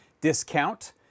discount